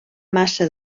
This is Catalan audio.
massa